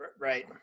Right